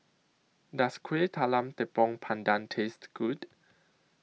Does Kuih Talam Tepong Pandan Taste Good